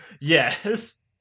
Yes